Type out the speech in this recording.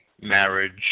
marriage